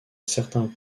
certains